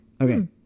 Okay